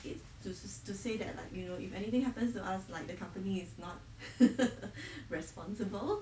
it to to say that like you know if anything happens to us like the company is not responsible